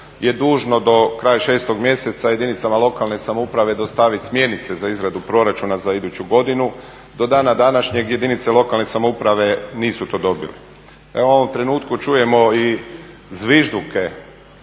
u ovom trenutku čujemo i zvižduke